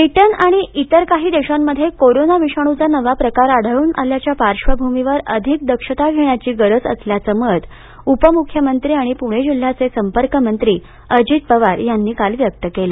Britain आणि इतर काही देशांमध्ये कोरोना विषाणूचा नवीन प्रकार आढळून आल्याच्या पार्श्वभूमीवर अधिक दक्षता घेण्याची गरज असल्याचं मत उपमुख्यमंत्री आणि पुणे जिल्ह्याचे संपर्कमंत्री अजित पवार यांनी काल व्यक्त केलं